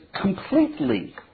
completely